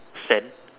sand